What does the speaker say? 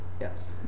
yes